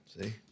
See